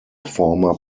former